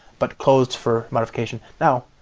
but closed for modification. now,